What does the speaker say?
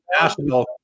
national